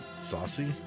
Saucy